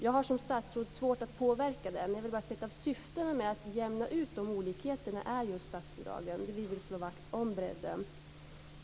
Jag har som statsråd svårt att påverka det, men jag vill säga att ett av syftena med statsbidraget är att jämna ut olikheterna och att slå vakt om bredden.